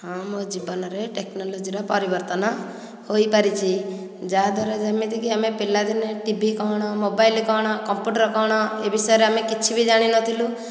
ହଁ ମୋ ଜୀବନରେ ଟେକ୍ନୋଲୋଜିର ପରିବର୍ତ୍ତନ ହୋଇପାରିଛି ଯାହାଦ୍ୱାରା ଯେମିତିକି ଆମେ ପିଲାଦିନେ ଟିଭି କ'ଣ ମୋବାଇଲ କ'ଣ କମ୍ପୁଟର କ'ଣ ଏ ବିଷୟରେ ଆମେ କିଛି ବି ଜାଣିନଥିଲୁ